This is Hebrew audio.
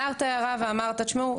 הערת הערה ואמרת תשמעו,